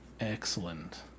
Excellent